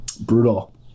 brutal